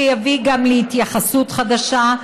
שיביא גם להתייחסות חדשה,